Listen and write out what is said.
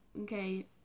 okay